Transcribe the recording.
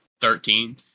Thirteen